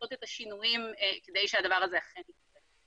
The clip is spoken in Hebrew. לעשות את השינויים כדי שהדבר הזה אכן יקרה.